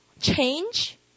change